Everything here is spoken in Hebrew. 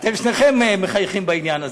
אתם שניכם מחייכים בעניין הזה.